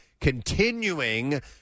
continuing